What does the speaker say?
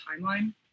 timeline